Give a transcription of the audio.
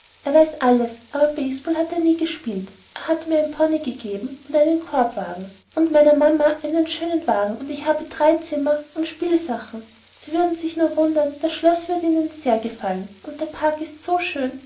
er weis alles aber base ball hat er ni gesbilt er hat mir einen pony gegeben und einen korbwahgen und meiner mama einen schönen wahgen und ich habe drei zimer und sbilsachen sie würden sich nur wundern das schloß würde ihnen ser gefalen und der park ist so schön